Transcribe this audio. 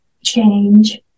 change